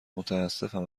متاسفم